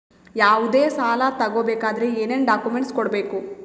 ಯಾವುದೇ ಸಾಲ ತಗೊ ಬೇಕಾದ್ರೆ ಏನೇನ್ ಡಾಕ್ಯೂಮೆಂಟ್ಸ್ ಕೊಡಬೇಕು?